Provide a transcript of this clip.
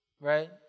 Right